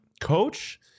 Coach